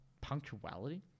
punctuality